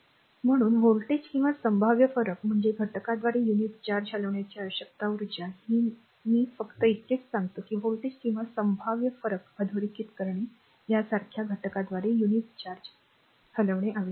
म्हणून व्होल्टेज किंवा संभाव्य फरक म्हणजे घटकाद्वारे युनिट चार्ज हलविण्यासाठी आवश्यक उर्जा ही मी फक्त इतकेच सांगतो की व्होल्टेज किंवा संभाव्य फरक अधोरेखित करणे यासारख्या घटकाद्वारे युनिट चार्ज हलविणे आवश्यक असते